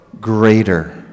greater